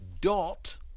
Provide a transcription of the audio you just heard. dot